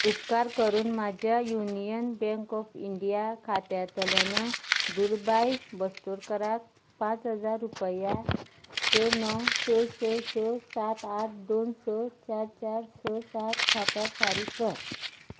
उपकार करून म्हज्या युनियन बँक ऑफ इंडिया खात्यांतल्यान दुलबाय बस्तोडकराक पांच हजार रुपया स णव स स स सात आठ दोन स चार चार स सात खात्यांत फारीक कर